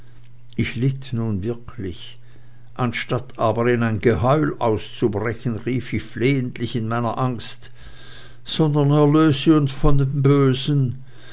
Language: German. ich litt nun wirklich anstatt aber in ein geheul auszubrechen rief ich flehentlich in meiner angst sondern erlöse uns von dem bösen